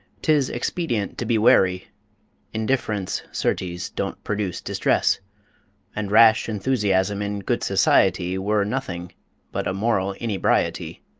tis expedient to be wary indifference, certes, don't produce distress and rash enthusiasm in good society were nothing but a moral inebriety.